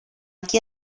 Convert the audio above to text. και